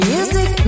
Music